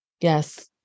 Yes